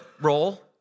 roll